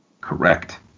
Correct